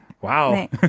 Wow